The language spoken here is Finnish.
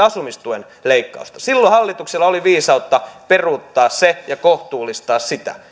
asumistuen leikkausta silloin hallituksella oli viisautta peruuttaa se ja kohtuullistaa sitä